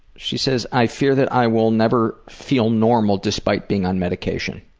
she says i fear that i will never feel normal, despite being on medication.